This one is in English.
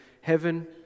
heaven